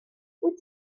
wyt